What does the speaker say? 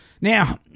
Now